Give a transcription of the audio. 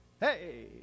Hey